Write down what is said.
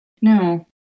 No